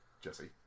Jesse